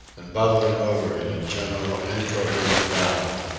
and bubbling over in a general incoherent babel.